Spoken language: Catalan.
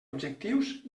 objectius